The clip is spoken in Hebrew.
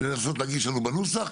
לנסות להגיש לנו נוסח,